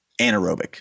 anaerobic